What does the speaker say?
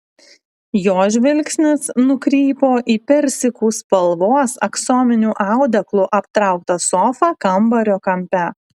jo žvilgsnis nukrypo į persikų spalvos aksominiu audeklu aptrauktą sofą kambario kampe